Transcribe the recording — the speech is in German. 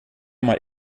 mal